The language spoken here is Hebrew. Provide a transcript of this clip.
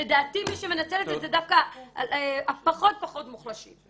לדעתי מי שמנצל את זה זה דווקא הפחות-פחות מוחלשים.